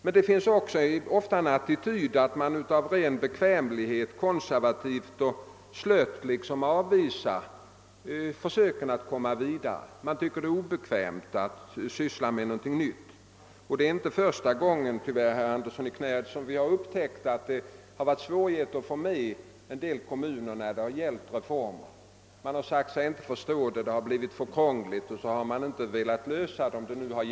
Men det förekommer också ibland en attityd att man av bekvämlighet, konservativt och slött tillbakavisar försöken att komma vidare; man tycker att det är obekvämt att syssla med någonting nytt. Det är tyvärr inte första gången, herr Andersson i Knäred, som vi upptäckt att det varit svårt att få med en del kommuner när det gällt reformer. Man har sagt sig inte förstå det hela, att det varit krångligt o.s. v., och därför har man inte velat vara med om saken.